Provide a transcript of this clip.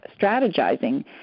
strategizing